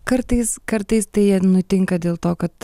kartais kartais tai nutinka dėl to kad